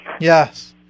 Yes